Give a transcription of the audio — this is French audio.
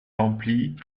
rempli